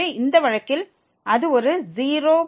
எனவே இந்த வழக்கில் அது ஒரு 0